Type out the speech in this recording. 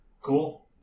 Cool